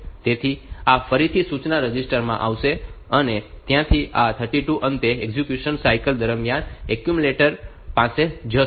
તેથી આ ફરીથી સૂચના રજિસ્ટર માં આવશે અને ત્યાંથી આ 32 અંતે એક્ઝેક્યુશન સાયકલ દરમિયાન એક્યુમ્યુલેટર પાસે જશે